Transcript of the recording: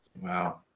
Wow